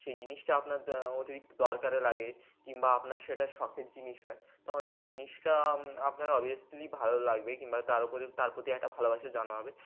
সেই জিনিসটা আপনার অতিরিক্ত দরকারে লাগে কিংবা আপনার সেটা শখের জিনিস হয় তখন সেই জিনিসটা আপনার অবভিয়াসলি ভালো লাগবে কিংবা তার উপরে তার প্রতি একটা ভালোবাসা জন্মাবে